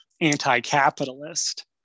anti-capitalist